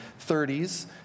30s